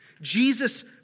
Jesus